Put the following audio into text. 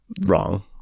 wrong